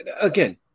again